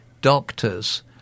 doctors